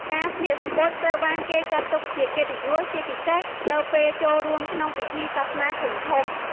ការស្លៀកសំពត់ត្រូវបានគេចាត់ទុកជាកិត្តិយស ជាពិសេសនៅពេលចូលរួមក្នុងពិធីសាសនាធំៗ។